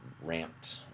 ramped